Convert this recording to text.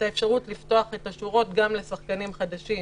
אפשרות לפתוח את השורות גם לשחקנים חדשים.